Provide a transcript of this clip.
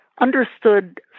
understood